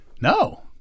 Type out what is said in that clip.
No